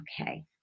Okay